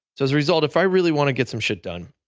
so as a result, if i really want to get some shit down,